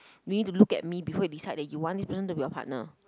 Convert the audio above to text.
you need to look at me before you decide that you want this person to be your partner